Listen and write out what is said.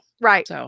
Right